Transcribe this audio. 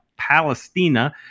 Palestina